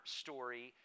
story